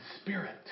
spirit